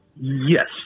Yes